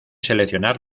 seleccionar